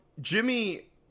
Jimmy